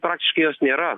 praktiškai jos nėra